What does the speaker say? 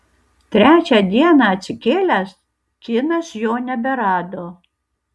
trečią dieną atsikėlęs kinas jo neberado